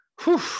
whew